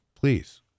Please